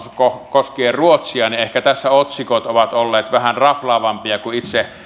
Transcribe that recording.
koskien ruotsia niin ehkä tässä otsikot ovat olleet vähän raflaavampia kuin itse